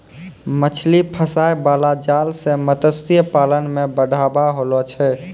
मछली फसाय बाला जाल से मतस्य पालन मे बढ़ाबा होलो छै